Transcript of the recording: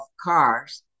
cars